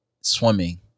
swimming